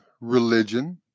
religion